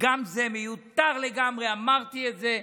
גם זה מיותר לגמרי, אמרתי את זה.